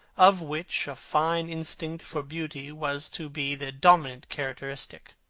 of which a fine instinct for beauty was to be the dominant characteristic.